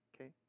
okay